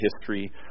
history